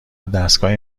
ودستگاه